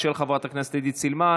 של חברת הכנסת עידית סילמן.